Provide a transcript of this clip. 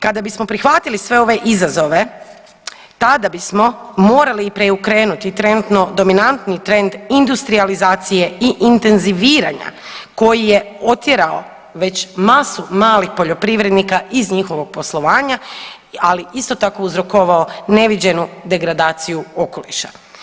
Kada bismo prihvatili sve ove izazove tada bismo morali preokrenuti trenutno dominanti trend industrijalizacije i intenziviranja koji je otjerao već masu malih poljoprivrednika iz njihovog poslovanja, ali isto tako uzrokovao neviđenu degradaciju okoliša.